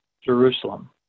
Jerusalem